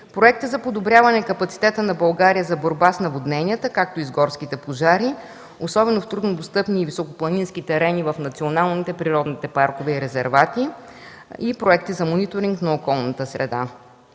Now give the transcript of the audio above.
проекти за подобряване на капацитета на България за борба с наводненията, както и с горските пожари, особено в труднодостъпни и високопланински терени в националните природни паркове и резервати и проекти за мониторинг на околната среда.